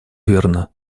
верно